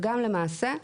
וגם למעשה,